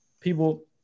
people